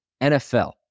NFL